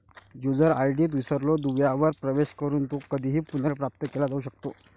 user ID विसरलो दुव्यावर प्रवेश करून तो कधीही पुनर्प्राप्त केला जाऊ शकतो